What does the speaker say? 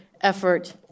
effort